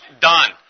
done